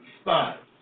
spot